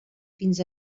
fins